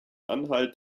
anhalt